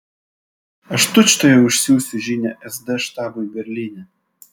aš tučtuojau išsiųsiu žinią sd štabui berlyne